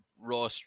raw